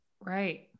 right